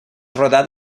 rodat